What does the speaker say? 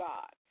God